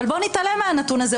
אבל בואו נתעלם מהנתון הזה.